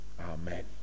amen